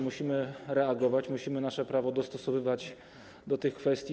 Musimy reagować, musimy nasze prawo dostosowywać do tych kwestii.